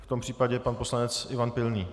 V tom případě pan poslanec Ivan Pilný.